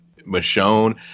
Michonne